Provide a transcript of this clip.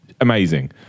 amazing